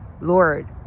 Lord